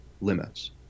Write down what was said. limits